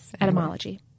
etymology